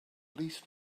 least